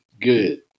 good